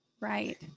Right